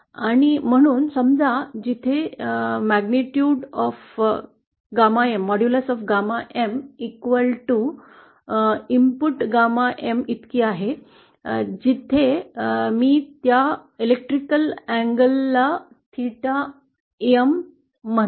आणि म्हणून समजा जिथे gamma M modulus input gamma M इतकीच आहे तेथे मी त्या इलेक्ट्रिकल अँगल थेटा एम ला म्हणतो